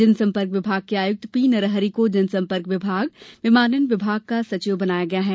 जनसंपर्क विभाग के आयुक्त पी नरहरि को जनसंपर्क विभाग विमानन विभाग का सचिव बनाया गया है